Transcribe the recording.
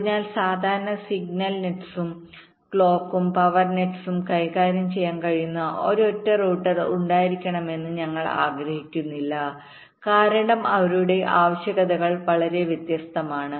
അതിനാൽ സാധാരണ signal nets ഉംക്ലോക്കും പവർ നെറ്റ് സ്കൈകാര്യം ചെയ്യാൻ കഴിയുന്ന ഒരൊറ്റ റൂട്ടർ ഉണ്ടായിരിക്കണമെന്ന് ഞങ്ങൾ ആഗ്രഹിക്കുന്നില്ല കാരണം അവരുടെ ആവശ്യകതകൾ വളരെ വ്യത്യസ്തമാണ്